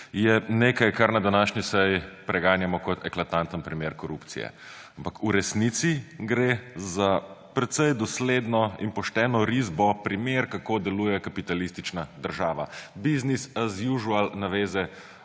je nekaj, kar na današnji seji preganjamo kot eklatantni primer korupcije. Ampak v resnici gre za precej dosledno in pošteno risbo, primer, kako deluje kapitalistična država – business as usual naveze